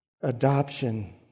Adoption